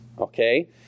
Okay